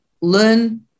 learn